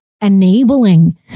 enabling